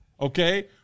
okay